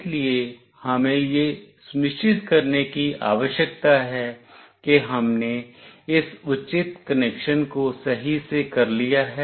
इसलिए हमें यह सुनिश्चित करने की आवश्यकता है कि हमने इस उचित कनेक्शन को सही से कर लिया है